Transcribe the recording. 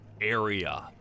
area